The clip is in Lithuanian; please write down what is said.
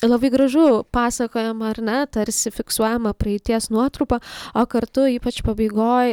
labai gražu pasakojama ar ne tarsi fiksuojama praeities nuotrupa o kartu ypač pabaigoj